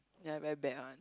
ya I very bad one